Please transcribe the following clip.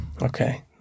Okay